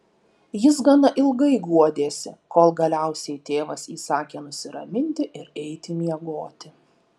jis gana ilgai guodėsi kol galiausiai tėvas įsakė nusiraminti ir eiti miegoti